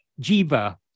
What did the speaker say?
jiva